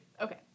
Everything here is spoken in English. Okay